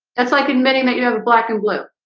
that's like admitting that you have a black and blue.